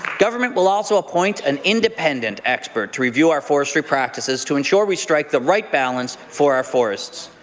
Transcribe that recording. government will also appoint an independent expert to review our forestry practices to ensure we strike the right balance for our forests.